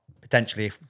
potentially